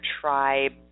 tribe